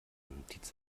notiz